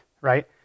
right